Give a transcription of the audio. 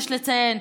יש לציין,